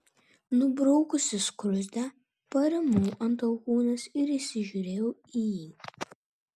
nubraukusi skruzdę parimau ant alkūnės ir įsižiūrėjau į jį